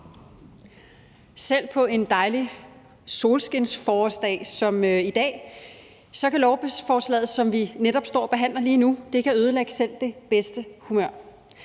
Selv på en dejlig solskinsforårsdag som i dag kan det lovforslag, som vi netop står og behandler, ødelægge selv det bedste humør.